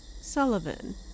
Sullivan